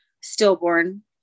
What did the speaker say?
stillborn